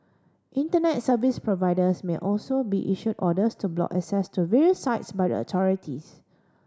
Internet service providers may also be issued orders to block access to various sites by the authorities